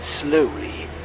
slowly